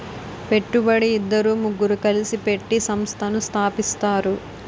పెట్టుబడి ఇద్దరు ముగ్గురు కలిసి పెట్టి సంస్థను స్థాపిస్తారు